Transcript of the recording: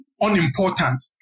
unimportant